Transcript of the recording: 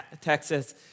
Texas